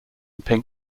pink